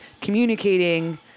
communicating